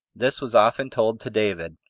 this was often told to david.